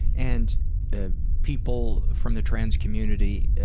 and ah people from the trans community,